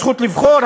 הזכות לבחור,